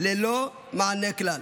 ללא מענה כלל,